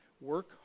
work